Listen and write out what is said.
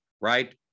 right